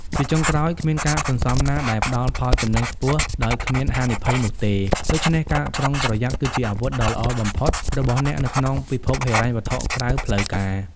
ជាចុងក្រោយ គ្មានការសន្សំណាដែលផ្ដល់ផលចំណេញខ្ពស់ដោយគ្មានហានិភ័យនោះទេ ដូច្នេះ "ការប្រុងប្រយ័ត្ន" គឺជាអាវុធដ៏ល្អបំផុតរបស់អ្នកនៅក្នុងពិភពហិរញ្ញវត្ថុក្រៅផ្លូវការ។